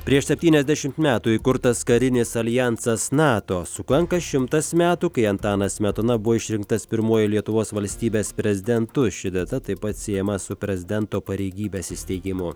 prieš septyniasdešimt metų įkurtas karinis aljansas nato sukanka šimtas metų kai antanas smetona buvo išrinktas pirmuoju lietuvos valstybės prezidentu ši data taip pat siejama su prezidento pareigybės įsteigimu